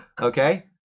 okay